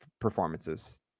performances